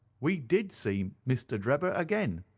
we did see mr. drebber again